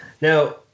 Now